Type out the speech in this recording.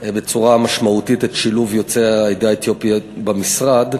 בצורה משמעותית את שילוב יוצאי העדה האתיופית במשרד.